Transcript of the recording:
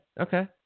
Okay